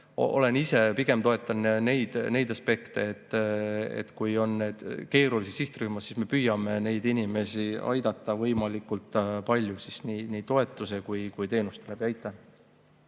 kindlasti pigem toetan neid aspekte, et kui on keerulisi sihtrühmasid, siis me püüame neid inimesi aidata võimalikult palju nii toetuste kui ka teenuste abil.